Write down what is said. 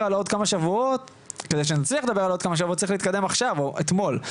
ונדבר בעוד כמה שבועות צריך להתקדם עכשיו או אתמול,